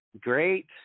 great